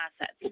assets